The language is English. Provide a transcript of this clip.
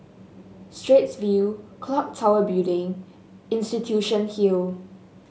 Straits View clock Tower Building Institution Hill